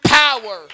power